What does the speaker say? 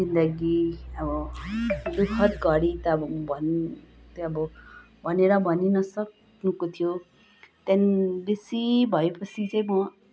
जिन्दगी अब दुखद घडी त भनेर भनि नसक्नुको थियो त्यहाँदेखि बेसी भएपछि चाहिँ म